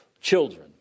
children